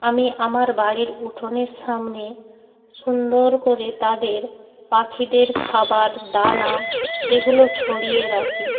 আমি আমার বাড়ির উঠোনের সামনে সুন্দর করে তাদের পাখিদের খাবার দানা এগুলো ছড়িয়ে রাখি